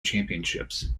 championships